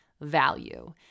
value